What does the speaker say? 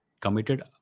committed